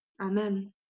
Amen